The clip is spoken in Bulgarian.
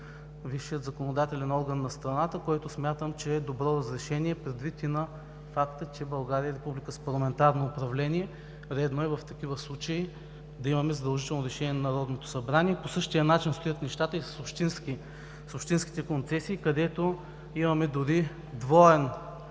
висшия законодателен орган на страната, което, смятам, че е добро разрешение, предвид факта, че България е република с парламентарно управление. Редно е в такива случаи да имаме задължително решение на Народното събрание. По същия начин стоят нещата и с общинските концесии, където имаме дори двоен